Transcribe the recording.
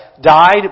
died